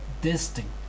distinct